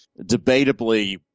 debatably